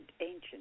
ancient